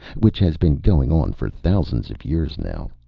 which has been going on for thousands of years now.